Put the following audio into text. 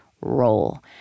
role